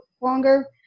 longer